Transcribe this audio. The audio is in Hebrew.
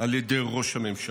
על ידי ראש הממשלה.